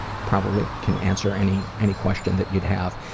probably can answer any any question that you'd have.